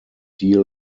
deal